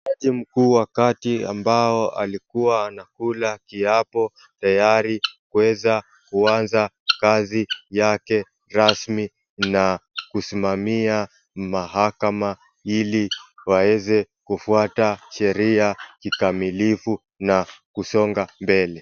Jaji mkuu wa kati ambao alikuwa anakula kiapo, tayari kuweza kuanza kazi yake rasmi na kusimamia mahakama, ili waweze kufuata sheria kikamilifu na kusonga mbele.